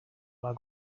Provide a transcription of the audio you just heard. war